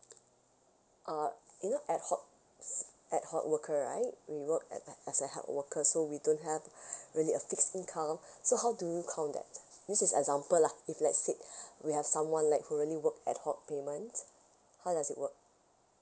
uh you know ad hoc s~ ad hoc worker right we work at a as an ad hoc worker so we don't have really a fixed income so how do you count that this is example lah if let's say we have someone like who really work ad hoc payment how does it work